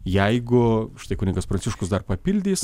jeigu štai kunigas pranciškus dar papildys